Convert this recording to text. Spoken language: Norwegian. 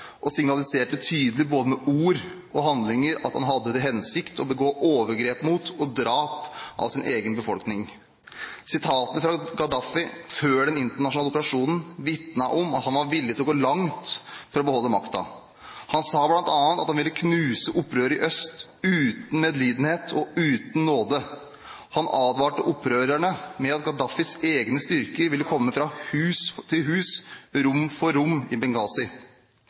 og signaliserte tydelig både med ord og handlinger at han hadde til hensikt å begå overgrep – og drap – mot sin egen befolkning. Uttalelsene fra Gaddafi før den internasjonale operasjonen vitnet om at han var villig til å gå langt for å beholde makten. Han sa bl.a. at han ville knuse opprøret i øst uten medlidenhet og uten nåde. Han advarte opprørerne med at Gaddafis egne styrker ville komme, hus for hus, rom for rom i